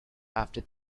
after